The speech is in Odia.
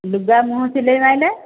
ଲୁଗା ମୁହଁ ସିଲେଇ ମାରିଲେ